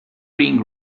ring